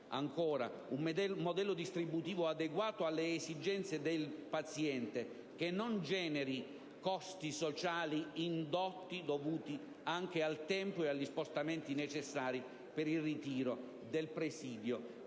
un modello distributivo adeguato alle esigenze del paziente, che non generi costi sociali indotti, dovuti anche al tempo e agli spostamenti necessari per il ritiro del presidio